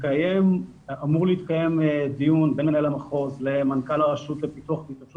אמור להתקיים דיון בין מנהל המחוז למנכ"ל הרשות לפיתוח והתיישבות